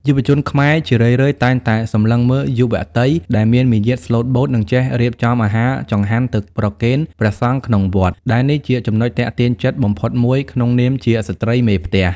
យុវជនខ្មែរជារឿយៗតែងតែសម្លឹងមើលយុវតីដែលមានមារយាទស្លូតបូត និងចេះរៀបចំអាហារចង្ហាន់ទៅប្រគេនព្រះសង្ឃក្នុងវត្ត ដែលនេះជាចំណុចទាក់ទាញចិត្តបំផុតមួយក្នុងនាមជាស្ត្រីមេផ្ទះ។